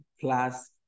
plus